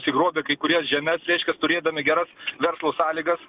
susigrobė kai kurias žemes reiškias turėdami geras verslo sąlygas